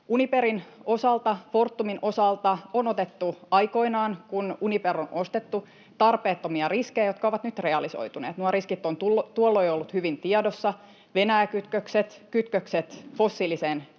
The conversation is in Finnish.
Uniperin osalta ja Fortumin osalta on otettu aikoinaan, kun Uniper on ostettu, tarpeettomia riskejä, jotka ovat nyt realisoituneet. Nuo riskit ovat tuolloin olleet hyvin tiedossa, Venäjä-kytkökset ja kytkökset fossiiliseen energiaan